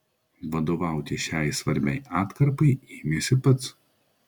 vadovauti šiai svarbiai atkarpai ėmėsi pats